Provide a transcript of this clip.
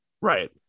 Right